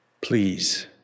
Please